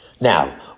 Now